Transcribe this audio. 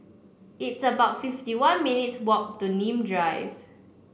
it's about fifty one minutes' walk to Nim Drive